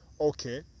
okay